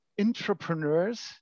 entrepreneurs